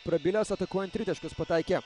prabilęs atakuojant tritaškius pataikė